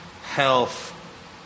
health